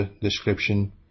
description